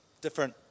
different